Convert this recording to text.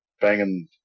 banging